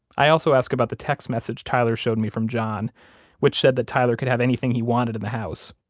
i also asked about the text message tyler showed me from john which said that tyler could have anything he wanted in the house.